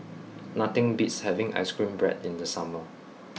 nothing beats having ice cream Bread in the summer